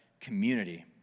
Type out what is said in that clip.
community